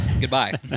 Goodbye